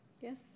Yes